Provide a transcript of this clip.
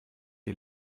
die